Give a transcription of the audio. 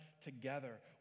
together